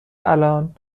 الان